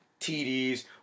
TDs